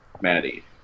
Maddie